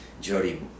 Jody